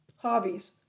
Hobbies